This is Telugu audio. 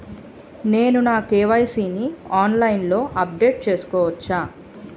నేను నా కే.వై.సీ ని ఆన్లైన్ లో అప్డేట్ చేసుకోవచ్చా?